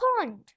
pond